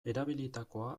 erabilitakoa